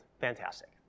Fantastic